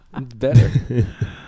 Better